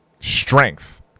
Strength